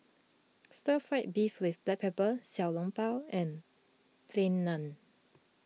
Stir Fried Beef with Black Pepper Xiao Long Bao and Plain Naan